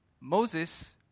Moses